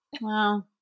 Wow